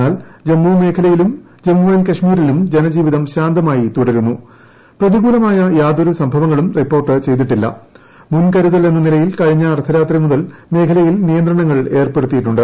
എന്നാൽ ജമ്മു മേഖലയിലുട്ടു ജിമ്മു ആന്റ് കാശ്മീരിലും ജനജീവിതം ശാന്തമായി തുടരുന്നു പ്രപ്പതികൂലമായ യാതൊരു സംഭവങ്ങളും റിപ്പോർട്ട് ചെയ്തിട്ടില്ലു മുൻകരുതൽ എന്ന നിലയിൽ കഴിഞ്ഞ അർദ്ധരാത്രി മുതൽ്ട് മേഖലയിൽ നിയന്ത്രണങ്ങൾ ഏർപ്പെടുത്തിയിട്ടുണ്ട്